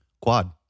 Quad